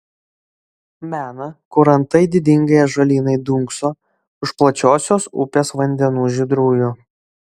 mena kur antai didingai ąžuolynai dunkso už plačiosios upės vandenų žydrųjų